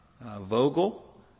Vogel